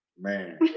Man